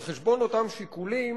על חשבון אותם שיקולים